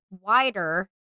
wider